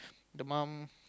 the mum